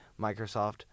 Microsoft